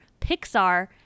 Pixar